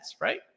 right